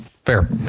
Fair